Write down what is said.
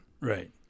Right